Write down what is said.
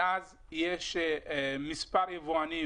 מאז יש מספר יבואנים,